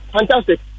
Fantastic